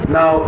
Now